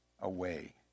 away